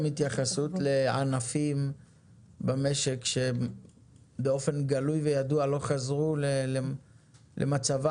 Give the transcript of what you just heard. התייחסות לענפים במשק שבאופן גלוי וידוע לא חזרו למצבם?